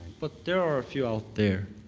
but there are a few out there,